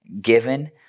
given